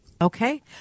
Okay